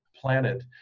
planet